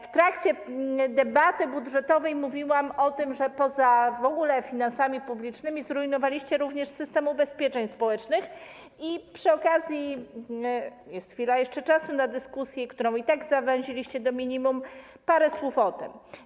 W trakcie debaty budżetowej mówiłam o tym, że w ogóle poza finansami publicznymi zrujnowaliście również system ubezpieczeń społecznych i przy okazji - jest jeszcze trochę czasu na dyskusję, którą i tak zawęziliście do minimum - parę słów o tym.